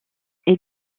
est